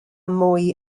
mwy